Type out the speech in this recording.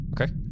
Okay